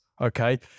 Okay